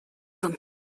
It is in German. und